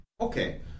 Okay